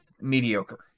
mediocre